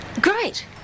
Great